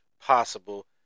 possible